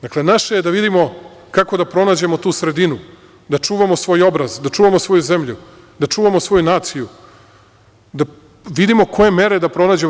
Dakle, naše je da vidimo kako da pronađemo tu sredinu, da čuvamo svoj obraz, da čuvamo svoju zemlju, da čuvamo svoju naciju, da vidimo koje mere da pronađemo.